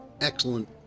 excellent